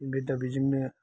दा बेजोंनो